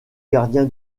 gardien